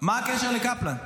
--- מה הקשר לקפלן?